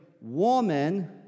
woman